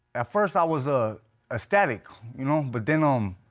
at first i was ah ecstatic, you know, but then, um.